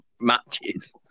matches